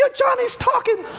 ah johnny's talking!